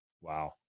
Wow